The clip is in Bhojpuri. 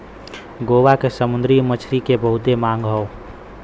गोवा के समुंदरी मछरी के बहुते मांग हौ